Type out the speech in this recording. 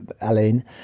alain